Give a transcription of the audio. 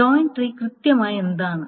join tree കൃത്യമായി എന്താണ്